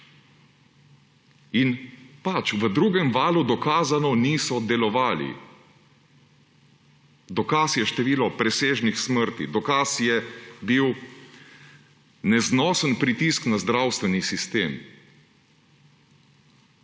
In v drugem valu dokazano niso delovali. Dokaz je število presežnih smrti, dokaz je bil neznosen pritisk na zdravstveni sistem.